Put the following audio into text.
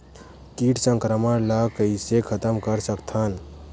कीट संक्रमण ला कइसे खतम कर सकथन?